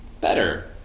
better